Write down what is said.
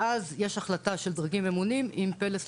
ואז יש החלטה של דרגים ממונים אם "פלס"